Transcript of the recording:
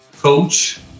coach